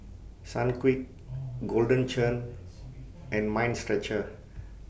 Sunquick Golden Churn and Mind Stretcher